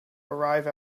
arrive